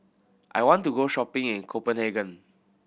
I want to go shopping in Copenhagen